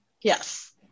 Yes